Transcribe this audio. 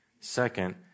Second